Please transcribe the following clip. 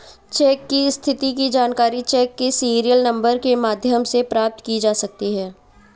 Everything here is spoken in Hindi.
चेक की स्थिति की जानकारी चेक के सीरियल नंबर के माध्यम से प्राप्त की जा सकती है